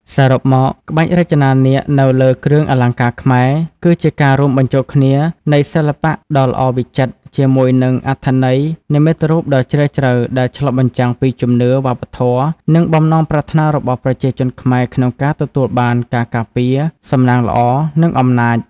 សរុបមក ក្បាច់រចនានាគនៅលើគ្រឿងអលង្ការខ្មែរ គឺជាការរួមបញ្ចូលគ្នានៃ សិល្បៈដ៏ល្អវិចិត្រ ជាមួយនឹង អត្ថន័យនិមិត្តរូបដ៏ជ្រាលជ្រៅ ដែលឆ្លុះបញ្ចាំងពីជំនឿ វប្បធម៌ និងបំណងប្រាថ្នារបស់ប្រជាជនខ្មែរក្នុងការទទួលបានការការពារ សំណាងល្អ និងអំណាច។